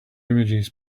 images